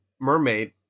Mermaid